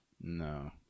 No